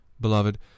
Beloved